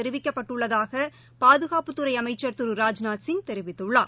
தெரிவிக்கப்பட்டுள்ளதாகபாதுகாப்புத்துறைஅமைச்சர் திரு ராஜ்நாத்சிய் தெரிவித்துள்ளார்